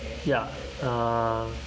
ya uh